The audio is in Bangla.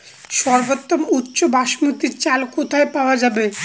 সর্বোওম উচ্চ বাসমতী চাল কোথায় পওয়া যাবে?